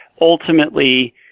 ultimately